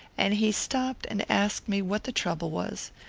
and he stopped and asked me what the trouble was.